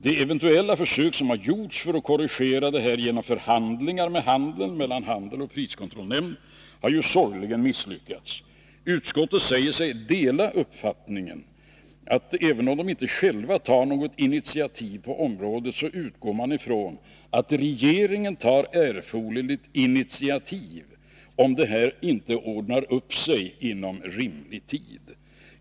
De eventuella försök som har gjorts för att korrigera detta, genom förhandlingar mellan handeln och priskontrollnämnden, har sorgligen misslyckats. Även om utskottet inte självt vidtar åtgärder på området, utgår utskottet från att regeringen tar erforderliga initiativ så det hela ordnar upp sig inom rimlig tid.